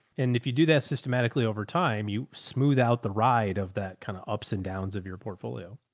and if you do that systematically over time, you smooth out the ride of that kind of ups and downs of your portfolio.